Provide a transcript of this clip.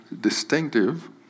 distinctive